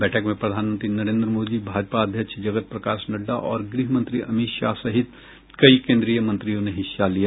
बैठक में प्रधानमंत्री नरेंद्र मोदी भाजपा अध्यक्ष जगत प्रकाश नड्डा और गृहमंत्री अमित शाह सहित कई केंद्रीय मंत्रियों ने हिस्सा लिया